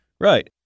Right